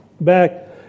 back